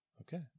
Okay